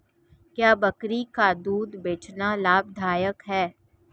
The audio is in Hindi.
क्या बकरी का दूध बेचना लाभदायक है?